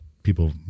people